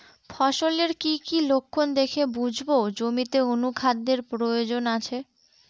ফসলের কি কি লক্ষণ দেখে বুঝব জমিতে অনুখাদ্যের প্রয়োজন আছে?